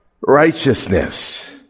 righteousness